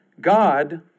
God